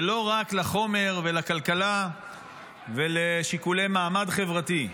ולא רק לחומר ולכלכלה ולשיקולי מעמד חברתי.